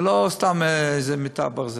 סתם איזה מיטת ברזל.